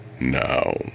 Now